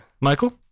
Michael